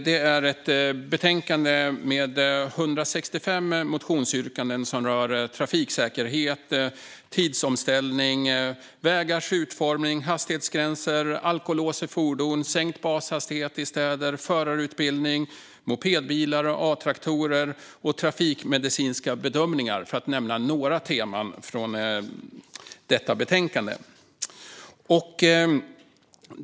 Detta är ett betänkande med 165 motionsyrkanden som rör trafiksäkerhet, tidsomställning, vägars utformning, hastighetsgränser, alkolås i fordon, sänkt bashastighet i städer, förarutbildning, mopedbilar, A-traktorer och trafikmedicinska bedömningar, för att nämna några teman från detta betänkande.